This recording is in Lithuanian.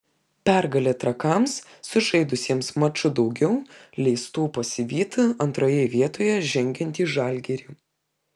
pergalė trakams sužaidusiems maču daugiau leistų pasivyti antroje vietoje žengiantį žalgirį